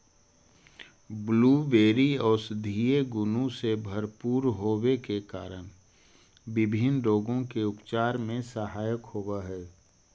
blueberry औषधीय गुणों से भरपूर होवे के कारण विभिन्न रोगों के उपचार में सहायक होव हई